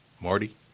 Marty